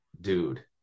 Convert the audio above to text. dude